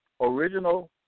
original